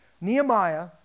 Nehemiah